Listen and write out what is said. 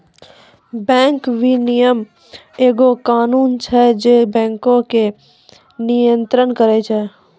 bank विनियमन एगो कानून छै जे बैंको के नियन्त्रण करै छै